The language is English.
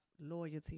loyalty